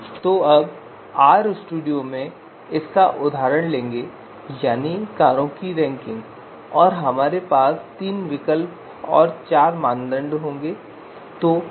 तो अब RStudio में हम इसका उदाहरण लेंगे यानी कारों की रैंकिंग और हमारे पास तीन विकल्प और चार मानदंड होंगे